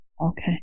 Okay